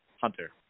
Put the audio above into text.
Hunter